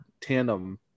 tandem